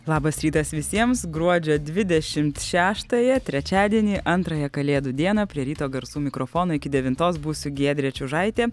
labas rytas visiems gruodžio dvidešimt šeštąją trečiadienį antrąją kalėdų dieną prie ryto garsų mikrofono iki devintos būsiu giedrė čiužaitė